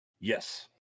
Yes